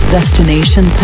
Destination